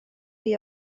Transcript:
rhy